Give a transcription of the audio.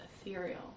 ethereal